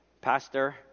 pastor